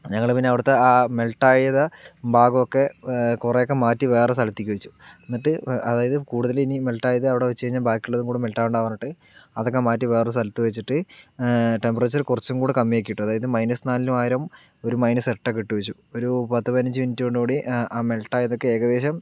ഞങ്ങള് പിന്നെ അവിടുത്തെ ആ മെൽറ്റായത് ഭാഗം ഒക്കെ കുറെ ഒക്കെ മാറ്റി വേറെ സ്ഥലത്തേയ്ക്ക് വെച്ചു എന്നിട്ട് അതായത് കൂടുതലിനി മെൽറ്റായത് അവടെ വെച്ച് കഴിഞ്ഞാൽ ബാക്കി ഉള്ളത് കൂടെ മെൽറ്റ് ആവണ്ട പറഞ്ഞിട്ട് അതക്കെ മാറ്റി വേറെ സ്ഥലത്ത് വെച്ചിട്ട് ടെമ്പറേച്ചർ കുറച്ചും കൂടെ കമ്മി ആക്കി ഇട്ടു അതായത് മൈനസ് നാലിന് പകരം ഒരു മൈനസ് എട്ടൊക്കെ ഇട്ടു വെച്ചു ഒരു പത്ത് പതിനഞ്ച് മിനിറ്റോടു കൂടി ആ മെൽറ്റ് ആയതൊക്കെ ഏകദേശം